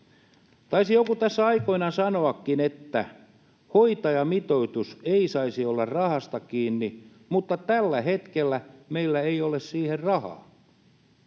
Taisi joku tässä aikoinaan sanoakin, että hoitajamitoitus ei saisi olla rahasta kiinni mutta tällä hetkellä meillä ei ole siihen rahaa.